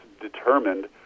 determined